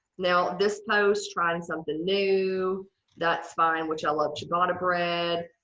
now, this post trying something new that's fine which i love ciabatta bread.